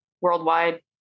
worldwide